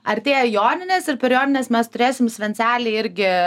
artėja joninės ir per jonines mes turėsim svencelėj irgi